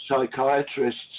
psychiatrists